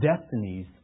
destinies